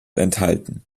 enthalten